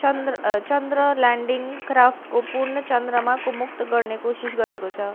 चन्द्र चन्द्र ल्यान्डिङ क्राफ्टको पूर्ण चन्द्रमाको मुक्त गर्ने कोसिस गरेको छ